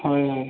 ହଉ ହଉ